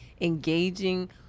engaging